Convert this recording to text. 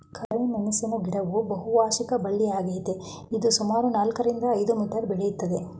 ಕರಿಮೆಣಸಿನ ಗಿಡವು ಬಹುವಾರ್ಷಿಕ ಬಳ್ಳಿಯಾಗಯ್ತೆ ಇದು ಸುಮಾರು ನಾಲ್ಕರಿಂದ ಐದು ಮೀಟರ್ ಬೆಳಿತದೆ